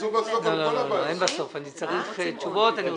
צריך כמה שעות.